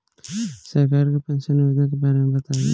सरकार के पेंशन योजना के बारे में बताईं?